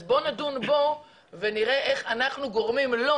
אז בואו נדון בו ונראה איך אנחנו גורמים לו,